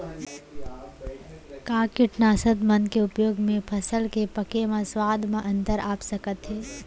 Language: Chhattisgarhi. का कीटनाशक मन के उपयोग से फसल के पके म स्वाद म अंतर आप सकत हे?